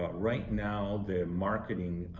but right now the market,